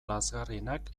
lazgarrienak